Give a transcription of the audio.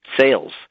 sales